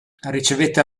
ricevette